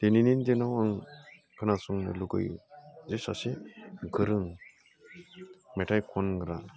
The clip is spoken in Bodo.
दिनैनि दिनाव आं खोनासंनो लुगैयो जे सासे गोरों मेथाइ खनग्रा